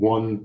One